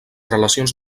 relacions